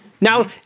Now